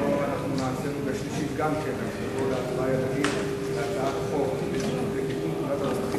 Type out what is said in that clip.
נעבור להצבעה ידנית על הצעת חוק לתיקון פקודת הרוקחים